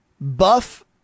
Buff